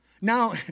Now